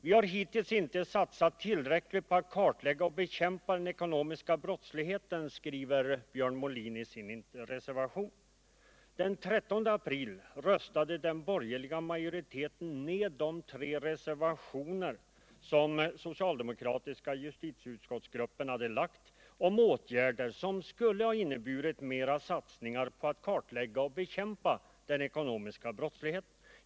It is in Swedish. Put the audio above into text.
Vi har hittills inte satsat tillräckligt på att kartlägga och bekämpa den ekonomiska brottsligheten, skriver Björn Molin i sin interpellation. Den 13 april röstade den borgerliga majoriteten ned de tre reservationer som den socialdemokratiska justitieutskottsgruppen avgivit om åtgärder som skulle ha inneburit mera satsningar på att kartlägga och bekämpa den ekonomiska brottsligheten.